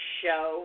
show